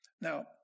Now